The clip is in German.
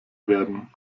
werden